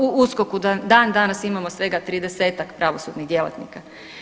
U USKOK-u dan danas imamo svega 30-ak pravosudnih djelatnika.